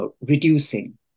reducing